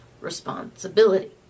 responsibility